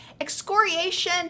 excoriation